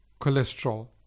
cholesterol